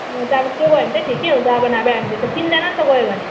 अब त्या गयो भने त ठिकै हुन्छ नभए हामी त चिन्दैन नि त गयो भने